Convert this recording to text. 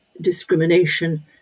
discrimination